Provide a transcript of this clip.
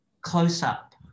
close-up